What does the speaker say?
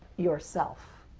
yourself.